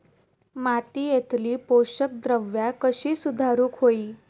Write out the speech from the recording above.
मातीयेतली पोषकद्रव्या कशी सुधारुक होई?